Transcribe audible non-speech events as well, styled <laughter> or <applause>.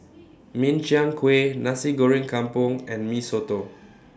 Min Chiang Kueh Nasi Goreng Kampung and Mee Soto <noise>